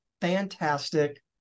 fantastic